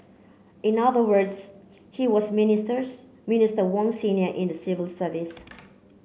in other words he was minsters Minister Wong senior in the civil service